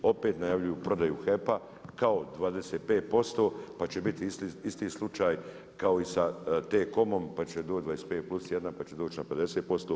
Opet najavljuju prodaju HEP-a kao 25%, pa će biti isti slučaj kao i sa T-COM pa će doć 25 plus 1, pa će doći na 50%